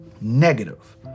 negative